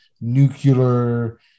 nuclear